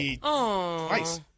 Twice